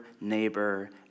neighbor